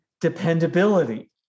dependability